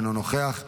אינו נוכח,